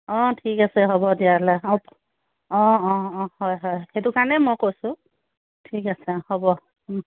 অ ঠিক আছে হ'ব তেনেহ'লে অ অ অ অ হয় হয় সেইটো কাৰণেই মই কৈছোঁ ঠিক আছে অ হ'ব ও